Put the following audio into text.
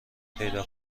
پیدا